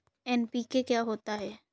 NPK क्या होता है?